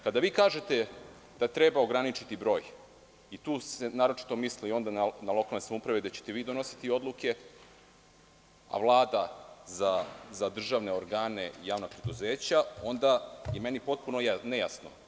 Kada vi kažete da treba ograničiti broj, tu se naročito misli na lokalne samouprave i da ćete vi donositi odluke, a Vlada za državne organe i javna preduzeća, onda je meni potpuno nejasno.